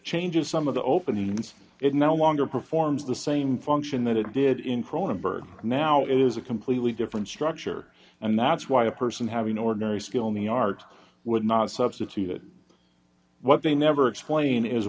changes some of the openings it no longer performs the same function that it did in cronenberg now is a completely different structure and that's why a person having ordinary skill in the art would not substitute what they never explain is